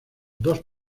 dos